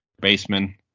baseman